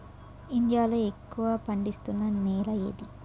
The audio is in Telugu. ఇండియా లో ఎక్కువ పండిస్తున్నా నేల ఏది?